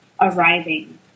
arriving